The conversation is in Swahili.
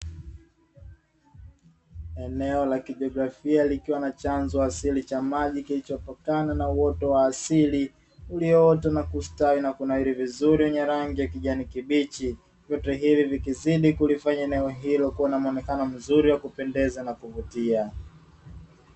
Eneo la kijiografia likiwa na chanzo asili cha maji kilichotokana na uoto wa asili ulioota na kustawi na kunawri vizuri, wenye rangi ya kijani kibichi vyote hivi vikizidi kulifanya eneo hili kua na muonekano mzuri wa kupendeza na kuvutia.